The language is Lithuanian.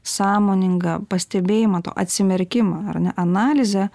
sąmoningą pastebėjimą to atsimerkimą ar ne analizę